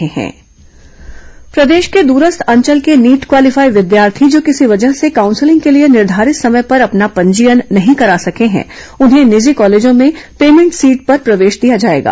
निजी medical college प्रवेश प्रदेश के द्रस्थ अंचल के नीट क्वालिफाई विद्यार्थी जो किसी वजह से काउंसलिंग के लिए निर्घारित समय पर अपना पंजीयन नही करा सके हैं उन्हें निजी कॉलेजों में पेमेंट सीट पर प्रवेश दिया जाएगा